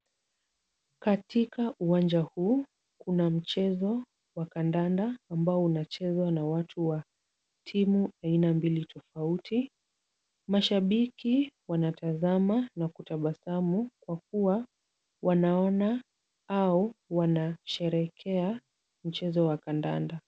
Katika uwanja huu, kuna mchezo wa kandanda ambao unachezwa na watu wa timu aina mbili tofauti. Mashabiki wanatazama na kutabasamu kwa kuwa wanaona au wanasherehekea mchezo wa kandanda.